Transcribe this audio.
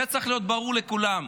זה צריך להיות ברור לכולם.